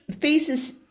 faces